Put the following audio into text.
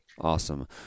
Awesome